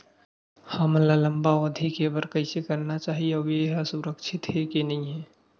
हमन ला लंबा अवधि के बर कइसे करना चाही अउ ये हा सुरक्षित हे के नई हे?